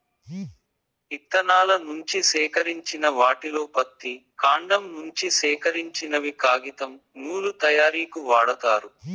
ఇత్తనాల నుంచి సేకరించిన వాటిలో పత్తి, కాండం నుంచి సేకరించినవి కాగితం, నూలు తయారీకు వాడతారు